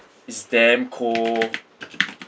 is damn cold